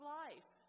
life